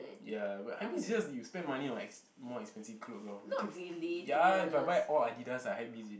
ya but hypebeast is just you spend money on ex~ more expensive clothes lor which is ya if I buy all Addidas I hypebeast already